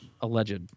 alleged